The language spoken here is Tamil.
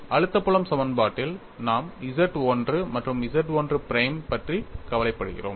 அழுத்த புலம் சமன்பாட்டில் நாம் Z 1 மற்றும் Z 1 பிரைம் பற்றி கவலைப்படுகிறோம்